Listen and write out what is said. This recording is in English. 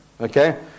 okay